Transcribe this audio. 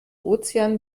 ozean